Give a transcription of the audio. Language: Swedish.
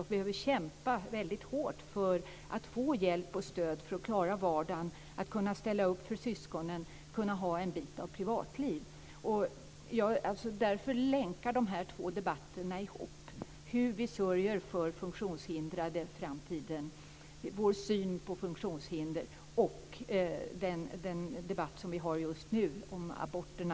De behöver kämpa väldigt hårt för att få hjälp och stöd för att klara vardagen, att kunna ställa upp för syskonen och kunna ha en bit privatliv. Därför länkar de här två debatterna ihop. Det gäller debatten om hur vi sörjer för funktionshindrade, vår syn på funktionshinder och den debatt som vi har just nu om aborterna.